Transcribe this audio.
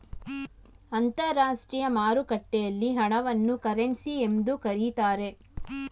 ಅಂತರಾಷ್ಟ್ರೀಯ ಮಾರುಕಟ್ಟೆಯಲ್ಲಿ ಹಣವನ್ನು ಕರೆನ್ಸಿ ಎಂದು ಕರೀತಾರೆ